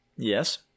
Yes